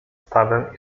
stawem